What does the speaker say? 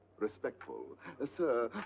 respectful sir,